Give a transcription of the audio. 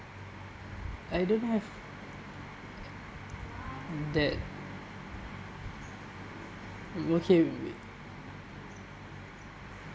I don't know that okay wait wait